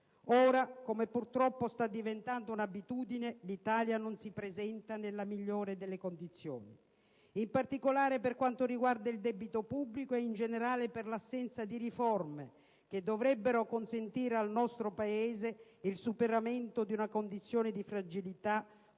Ora - purtroppo, sta diventando un'abitudine - l'Italia non si presenta nella migliore delle condizioni. In particolare, per quanto riguarda il debito pubblico e, in generale, per l'assenza di riforme che dovrebbero consentire al nostro Paese il superamento di una condizione di fragilità, come